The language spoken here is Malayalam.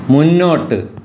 മുന്നോട്ട്